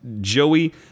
Joey